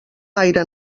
aire